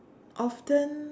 often